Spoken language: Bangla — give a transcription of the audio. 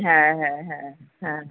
হ্যাঁ হ্যাঁ হ্যাঁ হ্যাঁ